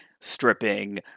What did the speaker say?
stripping